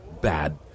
bad